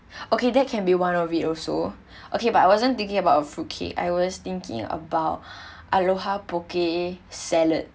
okay that can be one of it also okay but I wasn't thinking about a fruit cake I was thinking about aloha poke salad